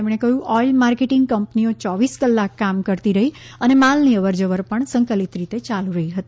તેમણે કહ્યું oil marketing કંપનીઓ ચોવીસ કલાક કામ કરતી રહ્રી અને માલની અવરજવર પણ સંકલિત રીતે ચાલુ રહી હતી